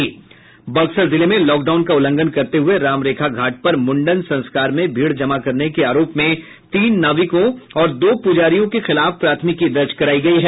बक्सर जिले में लॉकडाउन का उल्लंघन करते हुए राम रेखा घाट पर मुंडन संस्कार में भीड़ जमा करने के आरोप में तीन नाविकों और दो पुजारियों के खिलाफ प्राथमिकी दर्ज करायी गयी है